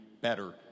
better